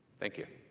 thank you.